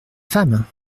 femme